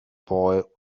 boy